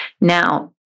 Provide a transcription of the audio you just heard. Now